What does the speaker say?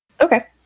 Okay